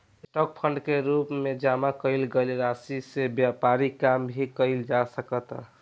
stock fund के रूप में जामा कईल गईल राशि से व्यापारिक काम भी कईल जा सकता